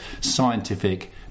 scientific